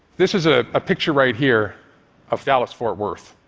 this is a picture right here of dallas-fort worth.